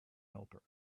helper